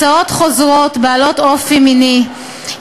הצעות חוזרות בעלות אופי מיני,